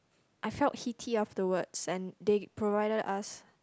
I felt heaty afterwards and they provided us